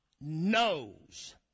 knows